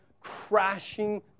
crashing